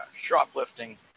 shoplifting